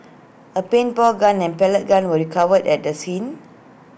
A paintball gun and pellet gun were recovered at the scene